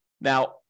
Now